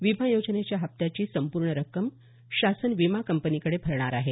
विमा योजनेच्या हप्त्याची संपूर्ण रक्कम शासन विमा कंपनीकडे भरणार आहे